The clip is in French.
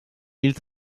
ils